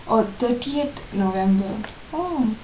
oh thirtieth november oh